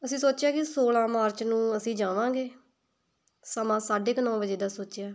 ਅਸੀਂ ਸੋਚਿਆ ਕਿ ਸੋਲ੍ਹਾਂ ਮਾਰਚ ਨੂੰ ਅਸੀਂ ਜਾਵਾਂਗੇ ਸਮਾਂ ਸਾਢੇ ਕੁ ਨੌ ਵਜੇ ਦਾ ਸੋਚਿਆ